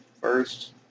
first